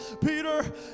Peter